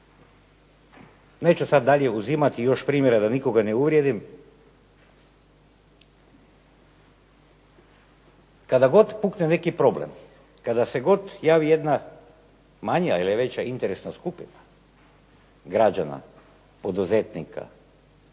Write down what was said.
neću sad dalje uzimati još primjere da nikoga ne uvrijedim. Kada god pukne neki problem, kada se god javi jedna manja ili veća interesna skupina građana, poduzetnika